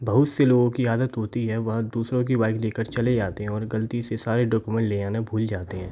बहुत से लोगों की आदत होती है वह दूसरों की बाइक ले कर चले जाते हैं और ग़लती से सारे डोकूमेंट ले आना भूल जाते हैं